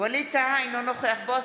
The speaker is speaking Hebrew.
ווליד טאהא, אינו נוכח בועז